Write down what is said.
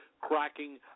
cracking